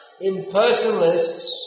impersonalists